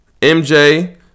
MJ